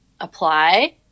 Apply